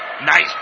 Nice